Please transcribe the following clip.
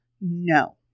No